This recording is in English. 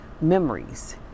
memories